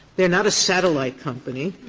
they are not a satellite company,